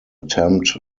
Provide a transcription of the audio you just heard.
attempt